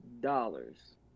dollars